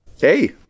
Hey